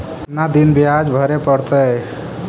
कितना दिन बियाज भरे परतैय?